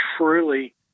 truly